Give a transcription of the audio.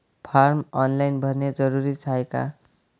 Form online भरने जरुरीचे हाय का?